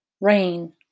Rain